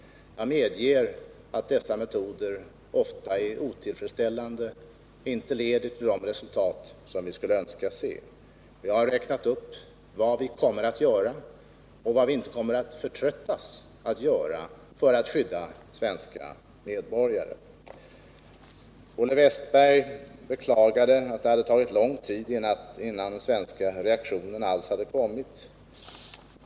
Jag medger att dessa metoder ofta är otillfredsställande och inte leder till de resultat vi skulle önska nå. Jag har räknat upp vad vi kommer att göra och vad vi inte kommer att förtröttas att göra för att skydda svenska medborgare. Olle Wästberg i Stockholm beklagade att det hade tagit lång tid innan den svenska reaktionen alls hade kommit.